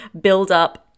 build-up